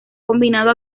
combinado